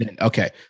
Okay